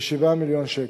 כ-7 מיליון שקלים.